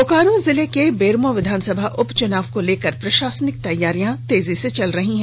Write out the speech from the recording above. बोकारो जिले के बेरमो विधानसभा उपचुनाव को लेकर प्रशासनिक तैयारियां तेजी से चल रही है